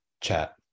Chat